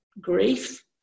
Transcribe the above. grief